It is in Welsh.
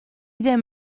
ddim